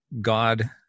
God